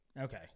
Okay